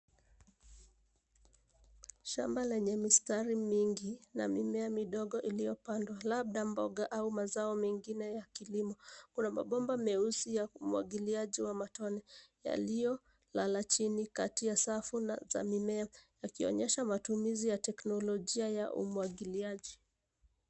Shamba lenye mistari mingi, na mimea midogo iliyopandwa, labda mboga au mazao mengine ya kilimo. Kuna mabomba meusi ya umwagiliaji wa matone, yaliyolala chini kati ya safu na za mimea, yakionyesha matumizi ya teknolojia ya umwagiliaji.